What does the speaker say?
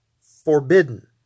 forbidden